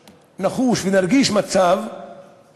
בונה, כי נוח לו להחזיק